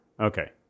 Okay